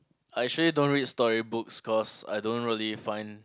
I actually don't read story books cause I don't really find